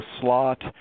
slot